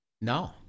No